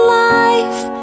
life